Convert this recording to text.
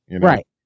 Right